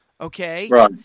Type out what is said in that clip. Okay